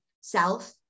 self